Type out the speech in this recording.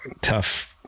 tough